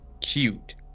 cute